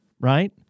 Right